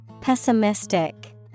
Pessimistic